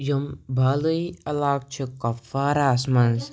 یِم بالٲیی علاقہٕ چھِ کۄپواراہَس منٛز